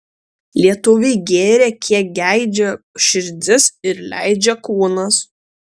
lietuviai gėrė kiek geidžia širdis ir leidžia kūnas